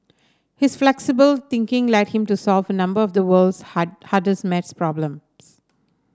his flexible thinking led him to solve a number of the world's hard hardest math problems